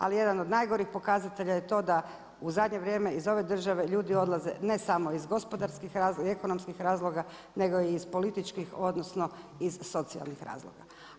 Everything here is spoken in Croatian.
Ali jedan od najgorih pokazatelja je to da u zadnje vrijeme iz ove države ljudi odlaze ne samo iz gospodarskih razloga, ekonomskih razloga nego i iz političkih, odnosno iz socijalnih razloga.